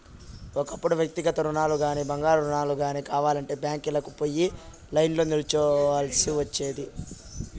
ఒకప్పుడు వ్యక్తిగత రుణాలుగానీ, బంగారు రుణాలు గానీ కావాలంటే బ్యాంకీలకి పోయి లైన్లో నిల్చోవల్సి ఒచ్చేది